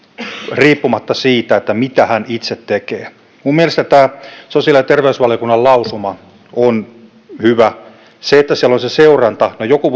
riippumatta siitä mitä hän itse tekee mielestäni tämä sosiaali ja terveysvaliokunnan lausuma on hyvä siellä on se seuranta no joku